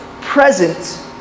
present